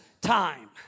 time